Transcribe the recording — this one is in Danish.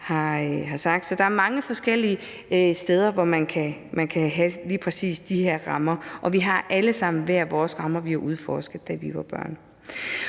Så der er mange forskellige steder, hvor man kan have lige præcis de her rammer, og vi har alle sammen haft hver vores rammer, som vi har udforsket, da vi var børn.